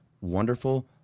wonderful